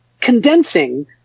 condensing